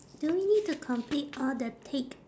do we need to complete all the tick